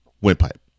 windpipe